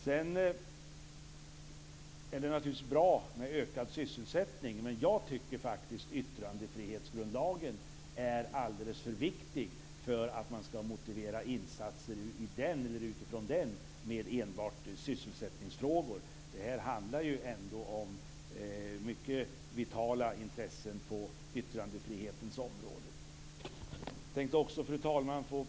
Sedan är det naturligtvis bra med ökad sysselsättning, men jag tycker faktiskt att yttrandefrihetsgrundlagen är alldeles för viktig för att man enbart skall använda sysselsättningsfrågor för att motivera insatser utifrån den. Det handlar ju om mycket vitala intressen på yttrandefrihetens område. Fru talman!